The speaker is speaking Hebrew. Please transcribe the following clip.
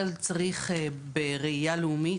אבל בראייה לאומית,